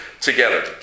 together